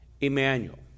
Emmanuel